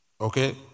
Okay